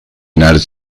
united